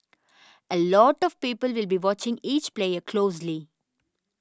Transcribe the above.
a lot of people will be watching each player closely